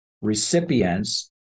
recipients